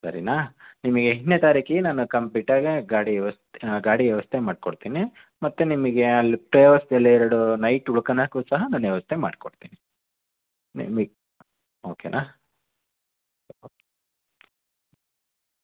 ಸರಿನಾ ನಿಮಗೆ ಎಂಟನೇ ತಾರೀಕಿಗೆ ನಾನು ಕಂಪ್ಲೀಟಾಗಿ ಗಾಡಿ ವ್ಯವಸ್ಥ್ ಗಾಡಿ ವ್ಯವಸ್ಥೆ ಮಾಡಿಕೊಡ್ತೀನಿ ಮತ್ತು ನಿಮಗೆ ಅಲ್ಲಿ ಎರಡು ನೈಟ್ ಉಳ್ಕೊಳ್ಳಕ್ಕೂ ಸಹ ನಾನು ವ್ಯವಸ್ಥೆ ಮಾಡಿಕೊಡ್ತೀನಿ ನಿಮಗೆ ಓಕೆನಾ